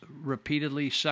repeatedly